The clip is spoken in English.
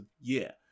year